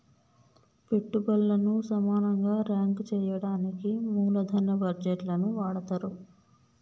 పెట్టుబల్లను సమానంగా రాంక్ చెయ్యడానికి మూలదన బడ్జేట్లని వాడతరు